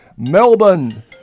Melbourne